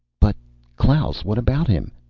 but klaus. what about him?